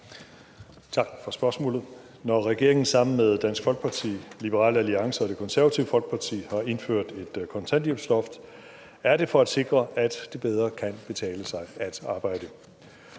Tak for spørgsmålet. Når regeringen sammen med Dansk Folkeparti, Liberal Alliance og Det Konservative Folkeparti har indført et kontanthjælpsloft, er det for at sikre, at det bedre kan betale sig at arbejde.